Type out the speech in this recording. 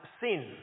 sin